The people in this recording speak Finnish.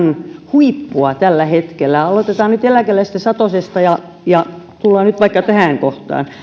huippua tällä hetkellä aloitetaan nyt eläkeläisistä satosesta ja ja tullaan nyt vaikka tähän kohtaan